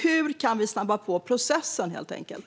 Hur kan vi snabba på processen, helt enkelt?